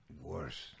worse